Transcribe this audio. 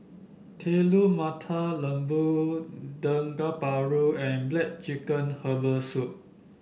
Telur Mata Lembu Dendeng Paru and black chicken Herbal Soup